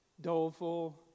doleful